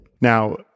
Now